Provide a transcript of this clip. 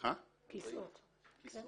אנחנו